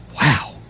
Wow